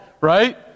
right